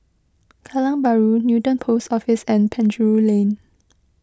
Kallang Bahru Newton Post Office and Penjuru Lane